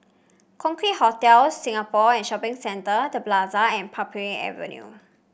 Concorde Hotel Singapore and Shopping Centre The Plaza and Parbury Avenue